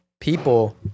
People